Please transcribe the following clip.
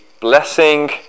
blessing